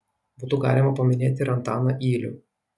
būtų galima paminėti ir antaną ylių